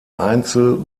einzel